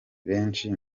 benshi